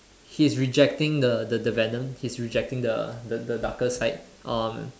he's rejecting the the the venom he's rejecting the the the darker side